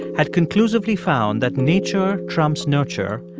had conclusively found that nature trumps nurture,